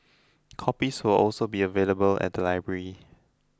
copies will also be available at the libraries